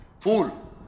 Fool